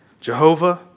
Jehovah